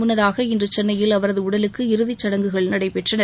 முன்னதாக இன்று சென்னையில் அவரது உடலுக்கு இறுதிச்சடங்குகள் நடைபெற்றன